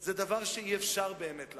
זה דבר שאי-אפשר באמת לעשות.